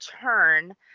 turn